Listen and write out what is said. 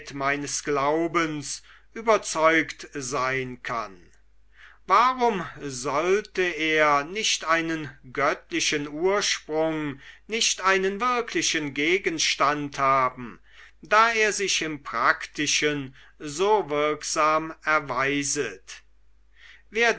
meines glaubens überzeugt sein kann warum sollte er nicht einen göttlichen ursprung nicht einen wirklichen gegenstand haben da er sich im praktischen so wirksam erweist werden